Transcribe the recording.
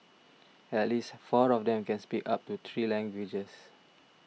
at least four of them can speak up to three languages